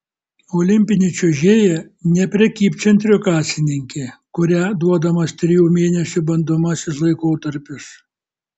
olimpinė čiuožėja ne prekybcentrio kasininkė kuria duodamas trijų mėnesių bandomasis laikotarpis